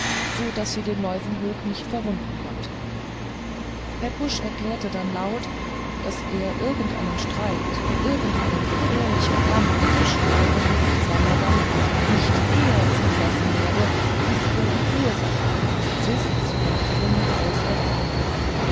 so daß sie den leuwenhoek nicht verwunden konnte pepusch erklärte dann laut daß er irgendeinen streit irgendeinen gefährlichen kampf zwischen leuwenhoek und swammerdamm nicht eher zulassen werde bis er die ursache ihres zwists von grund aus erfahren